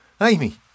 Amy